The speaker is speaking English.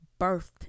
birthed